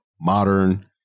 modern